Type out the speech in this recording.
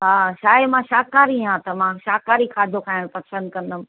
हा छा आहे मां शाकाहारी आहियां त मां शाकाहारी खाधो खाइण पसन्दि कन्दमि